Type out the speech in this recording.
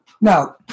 Now